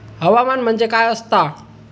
हवामान म्हणजे काय असता?